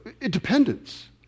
Independence